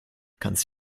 kannst